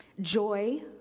joy